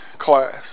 class